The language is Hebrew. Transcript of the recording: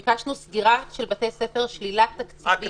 ביקשנו סגירת בתי ספר, שלילת תקציבים,